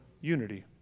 unity